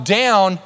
down